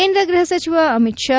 ಕೇಂದ್ರ ಗೃಹ ಸಚಿವ ಅಮಿತ್ ಷಾ